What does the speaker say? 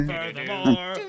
Furthermore